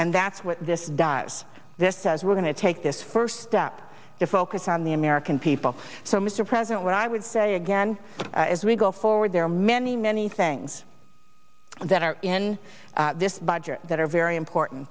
and that's what this does this says we're going to take this first step to focus on the american people so mr president what i would say again as we go forward there are many many things that are in this budget that are very important